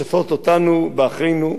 לשסות אותנו באחינו,